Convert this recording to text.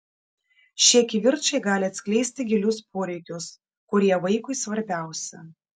šie kivirčai gali atskleisti gilius poreikius kurie vaikui svarbiausi